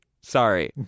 sorry